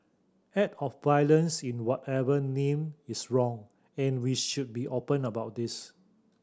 act of violence in whatever name is wrong and we should be open about this